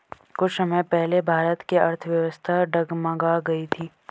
कुछ समय पहले भारत की अर्थव्यवस्था डगमगा गयी थी